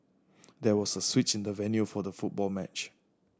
there was a switch in the venue for the football match